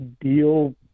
deal